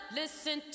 listen